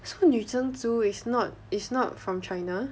so 女真族 is not is not from china